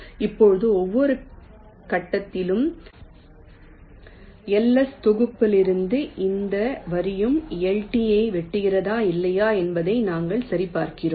இப்போது ஒவ்வொரு கட்டத்திலும் LS தொகுப்பிலிருந்து எந்த வரியும் LTயை வெட்டுகிறதா இல்லையா என்பதை நாங்கள் சரிபார்க்கிறோம்